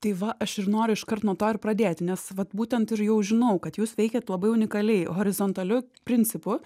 tai va aš ir noriu iškart nuo to ir pradėti nes vat būtent ir jau žinau kad jūs veikiat labai unikaliai horizontaliu principu